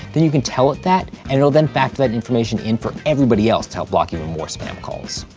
then you can tell it that, and it will then fact that information in for everybody else to help them blocking and more spam calls.